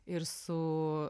ir su